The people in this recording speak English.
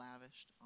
lavished